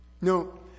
No